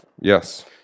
Yes